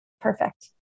Perfect